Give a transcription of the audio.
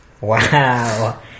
Wow